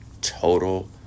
total